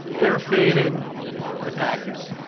they're feeling the packers.